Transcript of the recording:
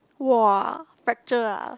!wah! fracture ah